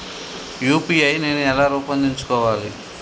UPI నేను ఎలా రూపొందించుకోవాలి?